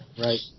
Right